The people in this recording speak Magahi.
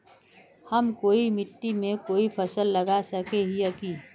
हम कोई भी मिट्टी में कोई फसल लगा सके हिये की?